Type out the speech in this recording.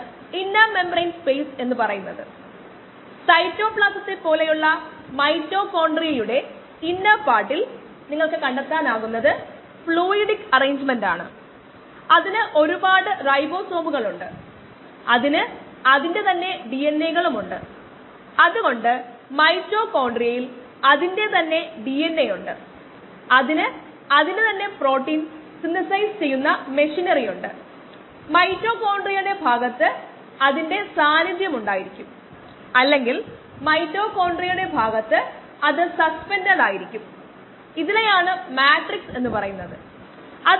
അതിനാൽ നമ്മൾ ഒരു സ്ഥിരമായ യൂണിറ്റുള്ള അടിസ്ഥാന സിസ്റ്റത്തിൽ പ്രവർത്തിക്കേണ്ടതുണ്ട്